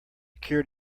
cured